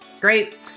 Great